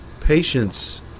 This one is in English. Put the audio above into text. Patience